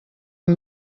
amb